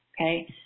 okay